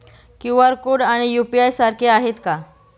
QR code आणि UPI सारखे आहेत का?